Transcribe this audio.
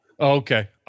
Okay